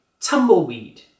tumbleweed